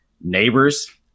Neighbors